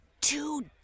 two